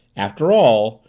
after all,